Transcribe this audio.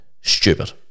stupid